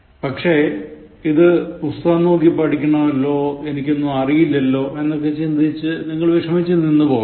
പക്ഷേ ഇത് പുസ്തകം നോക്കി പഠിക്കണമല്ലോ എനിക്കൊന്നും അറിയില്ലല്ലോ എന്നൊക്കെ ചിന്തിച്ചു നിങ്ങൾ വിഷമിച്ചു നിന്നുപോകരുത്